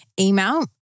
email